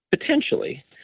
potentially